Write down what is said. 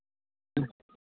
ம்